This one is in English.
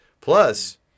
Plus